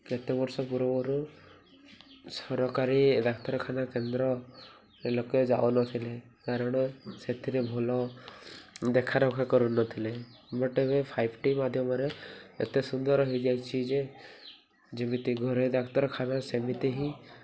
କେତେ ବର୍ଷ ପୂର୍ବରୁ ସରକାରୀ ଡାକ୍ତରଖାନା କେନ୍ଦ୍ର ଲୋକେ ଯାଉନଥିଲେ କାରଣ ସେଥିରେ ଭଲ ଦେଖା ରଖା କରୁନଥିଲେ ବଟ୍ ଏବେ ଫାଇଭ୍ ଟି ମାଧ୍ୟମରେ ଏତେ ସୁନ୍ଦର ହେଇଯାଇଛି ଯେ ଯେମିତି ଘରେୋଇ ଡାକ୍ତରଖାନା ସେମିତି ହିଁ